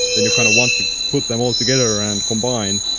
then you kind of want to put them all together and combine.